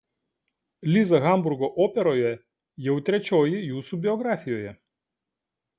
liza hamburgo operoje jau trečioji jūsų biografijoje